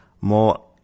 more